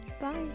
Bye